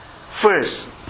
First